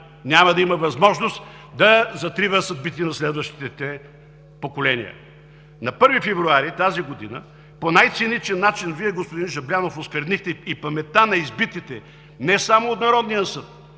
Няма да има възможност да затрива съдбите на следващите поколения! На 1 февруари тази година по най-циничен начин Вие, господин Жаблянов, осквернихте и паметта на избитите не само от Народния съд,